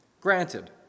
Granted